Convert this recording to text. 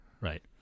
Right